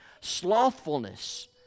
Slothfulness